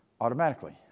automatically